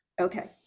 Okay